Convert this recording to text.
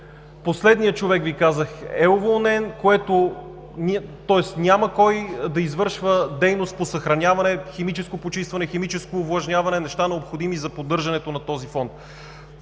Последният човек, Ви казах, е уволнен, тоест няма кой да извършва дейност по съхраняване, химическо почистване, химическо овлажняване – неща, необходими за поддържането на този фонд.